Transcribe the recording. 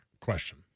Question